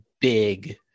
big